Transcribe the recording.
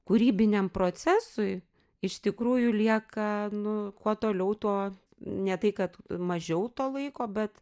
kūrybiniam procesui iš tikrųjų lieka nu kuo toliau tuo ne tai kad mažiau to laiko bet